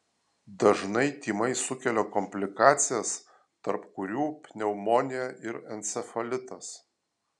dažnai tymai sukelia komplikacijas tarp kurių pneumonija ir encefalitas